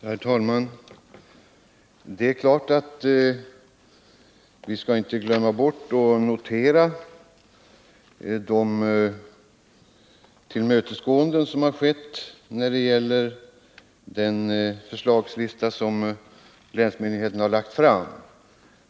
Herr talman! Det är klart att vi inte skall glömma bort att notera de tillmötesgåenden som har skett när det gäller den förslagslista som länsmyndigheterna har lagt fram.